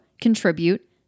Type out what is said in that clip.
contribute